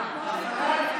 אתם,